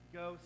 go